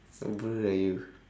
apa lah you